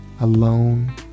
Alone